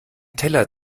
teller